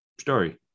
story